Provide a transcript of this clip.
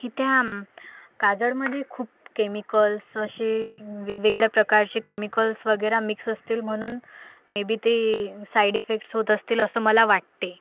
की त्या काजळमध्ये खूप केमिकल्स असे वेगवेगळ्या प्रकारचे केमिकल्स वगैरे मिक्स असतील म्हनून मे बी ते साईड इफेक्ट्स होत असतील असं मला वाटते